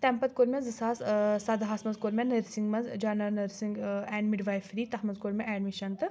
تَمہِ پَتہٕ کوٚر مےٚ زٕ ساس ٲں سَدہَس منٛز کوٚر مےٚ نٔرسِنٛگ منٛز جنرَل نٔرسِنٛگ ٲں اینٛڈ تَتھ منٛز کوٚر مےٚ ایٚڈمِشَن تہٕ